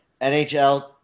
NHL